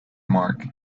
mark